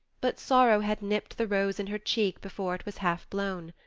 but sorrow had nipped the rose in her cheek before it was half blown.